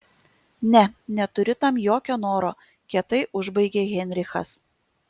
ne neturiu tam jokio noro kietai užbaigė heinrichas